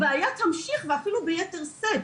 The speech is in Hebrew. הבעיה תמשיך ואפילו ביתר שאת.